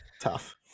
Tough